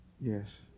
Yes